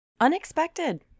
Unexpected